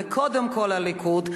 וקודם כול הליכוד,